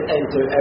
enter